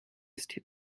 ist